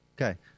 Okay